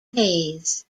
hayes